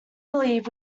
believe